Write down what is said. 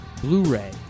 Blu-ray